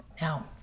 Now